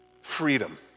Freedom